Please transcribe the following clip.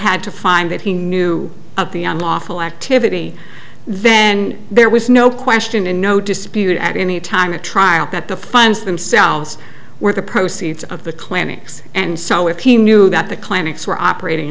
had to find that he knew of the unlawful activity then there was no question in no dispute at any time a trial that the funds themselves were the proceeds of the clinics and so if he knew that the clinics were operating